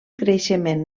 creixement